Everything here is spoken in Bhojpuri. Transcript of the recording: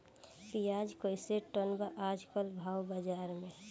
प्याज कइसे टन बा आज कल भाव बाज़ार मे?